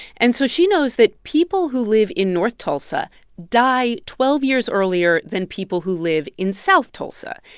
and so she knows that people who live in north tulsa die twelve years earlier than people who live in south tulsa.